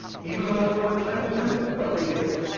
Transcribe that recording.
even though they weren't trained to do that but they did